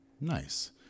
Nice